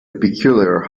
peculiar